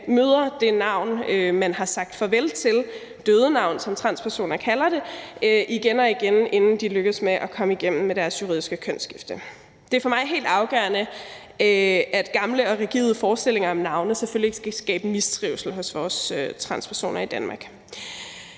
møder det navn, man har sagt farvel til – dødenavn, som transpersoner kalder det – igen og igen, inden man lykkes med at komme igennem med deres juridiske kønsskifte. Det er for mig helt afgørende, at gamle og rigide forestillinger om navne selvfølgelig ikke skal skabe mistrivsel hos vores transpersoner i Danmark.